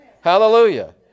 Hallelujah